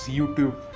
YouTube